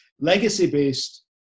Legacy-based